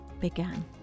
began